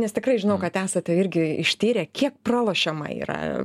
nes tikrai žinau kad esate irgi ištyrę kiek pralošiama yra